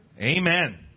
Amen